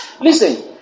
Listen